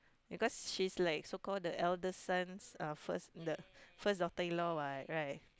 because she's like so called the eldest's son's uh first the first daughter in law what right